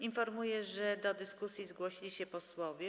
Informuję, że do dyskusji zgłosili się posłowie.